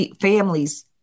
families